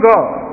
God